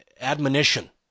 admonition